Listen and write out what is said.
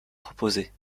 proposés